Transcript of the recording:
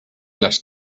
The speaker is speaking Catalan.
les